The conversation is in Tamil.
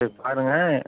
சரி பாருங்கள்